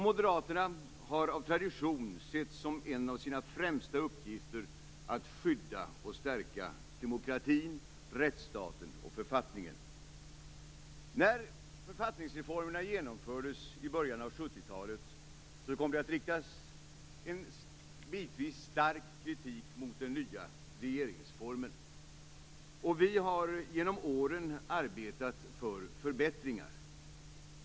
Moderaterna har av tradition sett som en av sina främsta uppgifter att skydda och stärka demokratin, rättsstaten och författningen. När författningsreformerna genomfördes i början av 70-talet kom det att riktas en bitvis stark kritik mot den nya regeringsformen. Vi har genom åren arbetat för förbättringar.